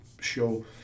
show